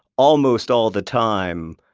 almost all the time,